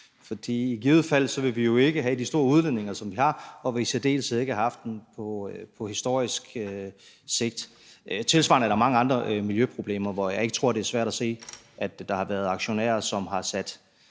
for i modsat fald ville vi jo ikke have de store udledninger, som vi har, og vi ville i særdeleshed ikke have haft det historisk set. Tilsvarende er der mange andre miljøproblemer, hvor jeg ikke tror det er svært at se at der har været aktionærer, som har sat